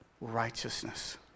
righteousness